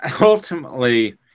ultimately